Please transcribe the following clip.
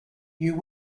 you